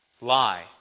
lie